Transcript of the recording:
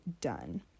done